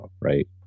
Right